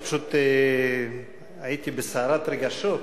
פשוט הייתי בסערת רגשות,